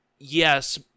Yes